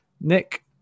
Nick